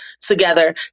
together